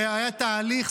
והיה תהליך.